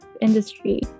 industry